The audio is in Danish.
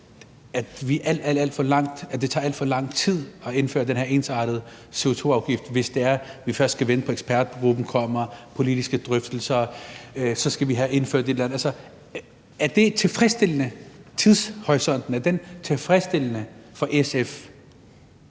at det tager alt for lang tid at indføre den her ensartede CO2-afgift, hvis det er, vi først skal vente på, at ekspertgruppen kommer, og vente på politiske drøftelser og på, at vi så skal have indført et eller andet? Altså, er tidshorisonten tilfredsstillende for SF?